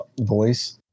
voice